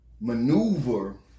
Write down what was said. maneuver